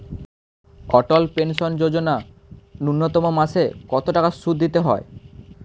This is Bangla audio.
অটল পেনশন যোজনা ন্যূনতম মাসে কত টাকা সুধ দিতে হয়?